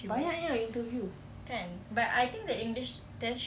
banyaknya interview